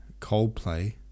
Coldplay